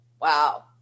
Wow